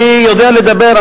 אני יודע לדבר.